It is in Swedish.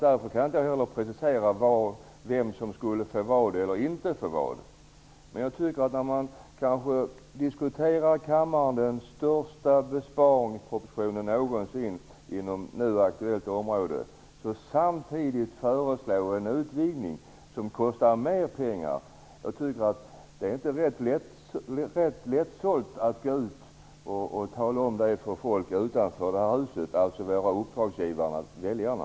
Därför kan jag inte heller precisera vem som skulle få vad eller inte få vad. Kammaren diskuterar nu den kanske största besparingspropositionen någonsin inom det aktuella området. Att då samtidigt föreslå en utvidgning som kostar mer pengar tycker jag inte är särskilt lättsålt. Det är inte lätt att gå ut och tala om det för folk utanför huset, dvs. våra uppdragsgivare - väljarna.